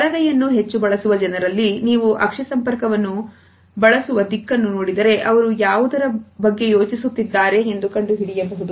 ಬಲಗೈಯನ್ನು ಹೆಚ್ಚು ಬಳಸುವ ಜನರಲ್ಲಿ ನೀವು ಅಕ್ಷ ಸಂಪರ್ಕವನ್ನು ಬಳಸುವ ದಿಕ್ಕನ್ನು ನೋಡಿದರೆ ಅವರು ಯಾವುದರ ಬಗ್ಗೆ ಯೋಚಿಸುತ್ತಿದ್ದಾರೆ ಎಂದು ಕಂಡುಹಿಡಿಯಬಹುದು